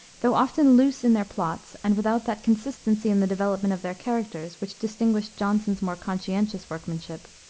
though often loose in their plots and without that consistency in the development of their characters which distinguished jonson's more conscientious workmanship,